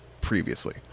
previously